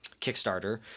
Kickstarter